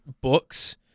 books